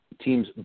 teams